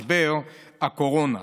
משבר הקורונה.